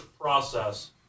process